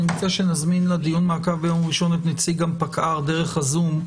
אני מציע שנזמין לדיון מעקב ביום ראשון את נציג פקע"ר דרך הזום,